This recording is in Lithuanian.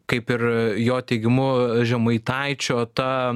kaip ir jo teigimu žemaitaičio ta